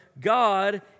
God